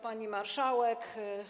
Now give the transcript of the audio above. Pani Marszałek!